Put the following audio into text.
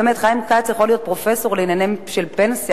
באמת חיים כץ יכול להיות פרופסור לעניינים של פנסיה,